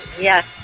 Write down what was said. yes